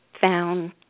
found